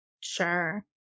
Sure